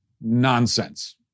Nonsense